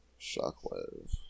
Shockwave